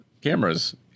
cameras